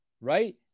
right